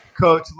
Coach